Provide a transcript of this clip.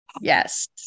Yes